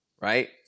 right